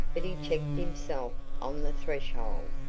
but he checked himself on the threshold.